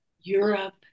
Europe